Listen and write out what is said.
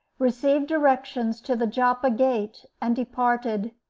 received directions to the joppa gate, and departed.